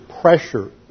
pressure